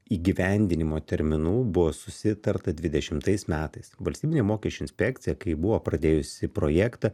įgyvendinimo terminų buvo susitarta dvidešimtais metais valstybinė mokesčių inspekcija kai buvo pradėjusi projektą